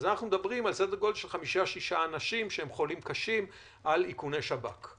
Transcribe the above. אנחנו מדברים על 6-5 אנשים שהם חולים קשה באיכוני שב"כ.